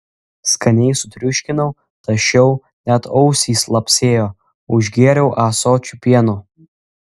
skaniai sutriuškinau tašiau net ausys lapsėjo užgėriau ąsočiu pieno